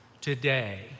today